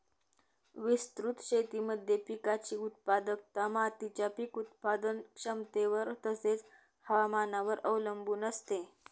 विस्तृत शेतीमध्ये पिकाची उत्पादकता मातीच्या पीक उत्पादन क्षमतेवर तसेच, हवामानावर अवलंबून असते